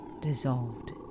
Dissolved